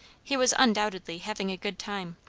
he was undoubtedly having a good time.